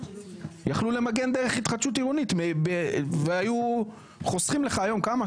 יכלו למגן דרך התחדשות עירונית והיו חוסכים לך היום כמה?